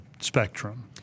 spectrum